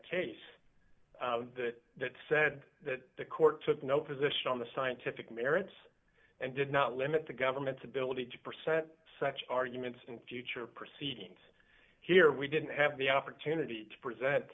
case that that said that the court took no position on the scientific merits and did not limit the government's ability to percent such arguments in future proceedings here we didn't have the opportunity to present